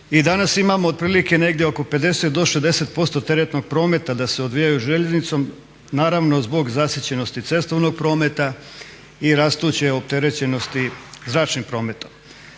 I danas imamo otprilike negdje oko 50 do 60% teretnog prometa da se odvijaju željeznicom naravno zbog zasićenosti cestovnog prometa i rastuće opterećenosti zračnim prometom.